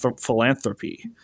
philanthropy